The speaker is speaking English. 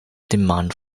demand